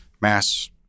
mass